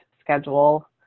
schedule